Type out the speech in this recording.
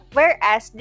Whereas